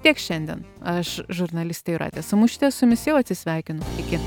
tiek šiandien aš žurnalistė jūratė samušytė su jumis jau atsisveikinu iki